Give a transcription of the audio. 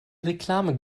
reklame